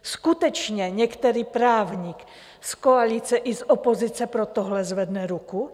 Skutečně některý právník z koalice i z opozice pro tohle zvedne ruku?